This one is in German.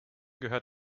gehört